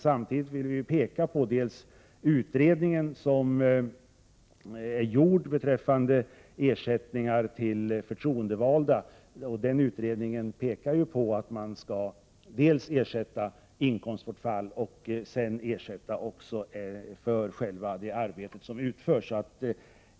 Samtidigt vill jag emellertid peka på den utredning som har gjorts om ersättningar till förtroendevalda. I den utredningen pekas det på att inkomstbortfall skall ersättas men att även det arbete som utförs skall ersättas.